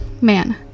Man